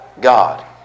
God